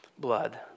blood